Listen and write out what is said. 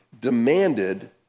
demanded